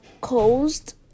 caused